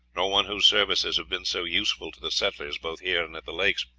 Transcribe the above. nor one whose services have been so useful to the settlers both here and at the lakes.